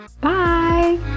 Bye